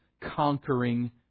conquering